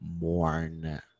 mourn